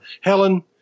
Helen